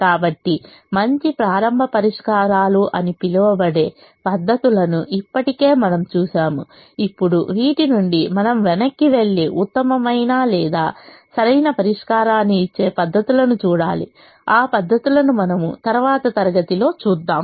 కాబట్టి మంచి ప్రారంభ పరిష్కారాలు అని పిలువబడే పద్ధతులను ఇప్పటివరకు మనం చూశాము ఇప్పుడు వీటి నుండి మనం వెనక్కి వెళ్లి ఉత్తమమైన లేదా సరైన పరిష్కారాన్ని ఇచ్చే పద్ధతులను చూడాలి ఆ పద్ధతులను మనము తరువాతి తరగతిలో చూద్దాము